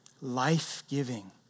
life-giving